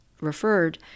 referred